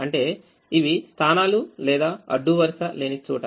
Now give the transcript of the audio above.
అంటేఇవి స్థానాలు లేదా అడ్డు వరుస లేని చోట